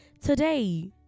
today